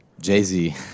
Jay-Z